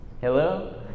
Hello